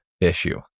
issue